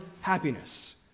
happiness